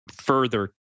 further